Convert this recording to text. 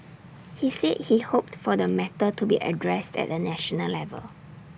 he said he hoped for the matter to be addressed at A national level